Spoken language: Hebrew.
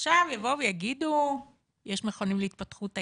עכשיו יבואו ויגידו שיש מכונים להתפתחות הילד,